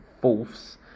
fourths